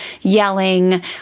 yelling